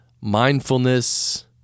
mindfulness